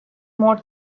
more